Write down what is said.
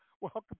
welcome